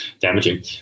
damaging